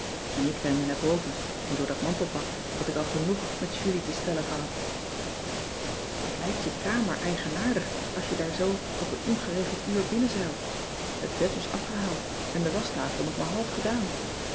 en ik rende naar boven want door dat mantelpak had ik al genoeg met julie te stellen gehad wat lijkt je kamer eigenaardig als je daar zoo op een ongeregeld uur binnenzeilt het bed was afgehaald en de waschtafel nog maar half gedaan